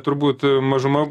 turbūt mažuma